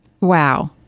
Wow